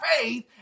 faith